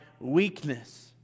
weakness